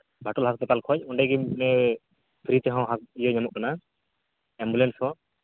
ᱫᱷᱟᱹᱫᱩᱞ ᱦᱟᱸᱥᱯᱟᱛᱟᱞ ᱠᱚᱡ ᱚᱸᱰᱮ ᱜᱮ ᱯᱷᱨᱤ ᱛᱮᱦᱚᱸ ᱤᱭᱟᱹ ᱧᱟᱢᱚᱜ ᱠᱟᱱᱟ ᱮᱢᱵᱩᱞᱮᱱᱥ ᱦᱚᱸ